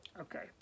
Okay